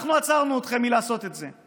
אנחנו עצרנו אתכם מלעשות את זה.